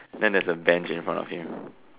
then there's a bench in front of him